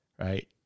right